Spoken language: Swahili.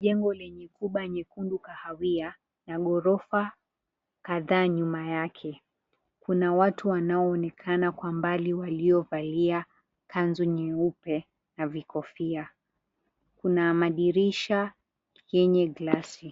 Jengo lenye huba nyekundu kahawia na ghorofa kadhaa nyuma yake. Kuna watu wanaoonekana kwa mbali waliovalia kanzu nyeupe na vikofia. Kuna madirisha yenye glasi.